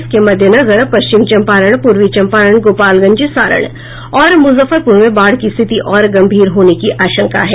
इसके मद्देनजर पश्चिम चंपारण पूर्वी चंपारण गोपालगंज सारण और मुजफ्फरपुर में बाढ़ की स्थिति और गंभीर होने की आशंका है